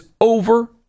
over